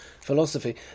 philosophy